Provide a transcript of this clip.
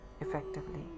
effectively